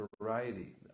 variety